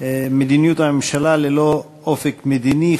מדיניות הממשלה ללא אופק מדיני,